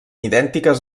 idèntiques